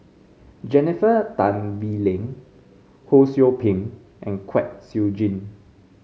Jennifer Tan Bee Leng Ho Sou Ping and Kwek Siew Jin